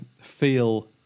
feel